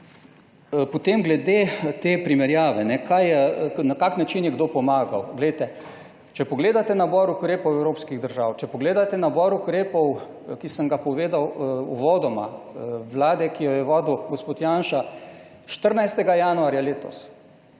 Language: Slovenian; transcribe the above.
Potem glede te primerjave, kaj je, na kak način je kdo pomagal. Glejte, če pogledate nabor ukrepov evropskih držav, če pogledate nabor ukrepov, ki sem ga povedal uvodoma, Vlade, ki jo je vodil gospod Janša 14. januarja letos,